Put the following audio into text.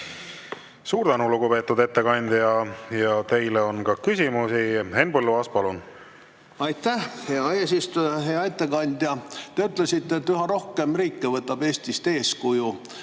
Suur tänu, lugupeetud ettekandja! Teile on ka küsimusi. Henn Põlluaas, palun! Aitäh, hea eesistuja! Hea ettekandja! Te ütlesite, et üha rohkem riike võtab Eestist eeskuju.